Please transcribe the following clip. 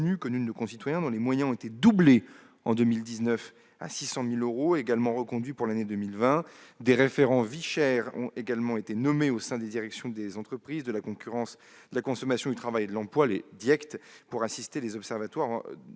et des revenus, dont les moyens ont été doublés en 2019 à 600 000 euros et reconduits pour 2020. Des référents « vie chère » ont également été nommés au sein des directions des entreprises, de la concurrence, de la consommation, du travail et de l'emploi (Direccte), pour assister les observatoires